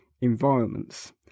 environments